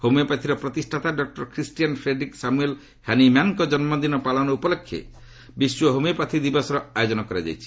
ହୋମିଓପାଥିର ପ୍ରତିଷ୍ଠାତା doctor Christian Frederick Samuel ହ୍ୟାନିମାନ୍ଙ୍କ ଜନ୍ମଦିନ ପାଳନ ଉପଲକ୍ଷେ ବିଶ୍ୱ ହୋମିଓପାଥି ଦିବସର ଆୟୋଜନ କରାଯାଇଛି